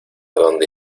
dónde